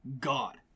God